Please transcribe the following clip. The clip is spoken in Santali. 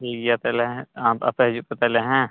ᱴᱷᱤᱠ ᱜᱮᱭᱟ ᱛᱟᱦᱚᱞᱮ ᱟᱯᱮ ᱦᱤᱡᱩᱜ ᱯᱮ ᱛᱟᱦᱚᱞᱮ ᱦᱮᱸ